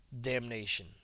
Damnation